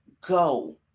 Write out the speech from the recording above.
go